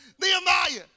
Nehemiah